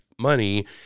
money